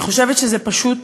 אני חושבת שפשוט